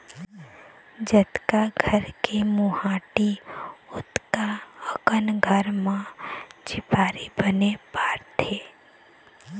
जतका घर के मोहाटी ओतका अकन घर म झिपारी बने पातेस